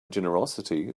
generosity